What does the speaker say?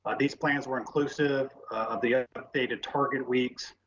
ah these plans were inclusive of the updated target weeks,